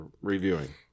reviewing